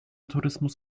tourismus